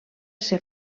ser